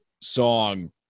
song